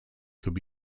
could